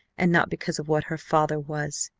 and not because of what her father was.